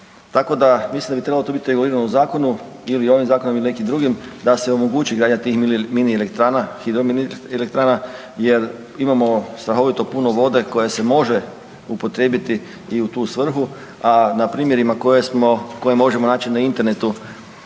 Tako da mislim da bi trebalo to biti regulirano u zakonu ili ovim zakonom ili nekim drugim da se omogući gradnja tih mini hidroelektrana jel imamo strahovito puno vode koja se može upotrijebiti i u tu svrhu, a na primjerima koje možemo naći na internetu